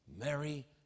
Mary